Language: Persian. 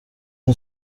اون